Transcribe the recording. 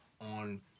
on